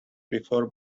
before